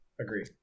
Agree